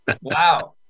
Wow